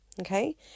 okay